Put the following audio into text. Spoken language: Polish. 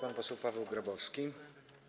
Pan poseł Paweł Grabowski.